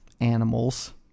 Animals